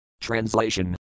Translation